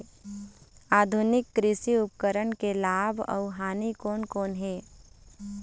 आधुनिक कृषि उपकरण के लाभ अऊ हानि कोन कोन हे?